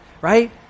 right